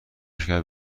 شکر